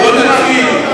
אדוני היושב-ראש,